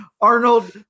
Arnold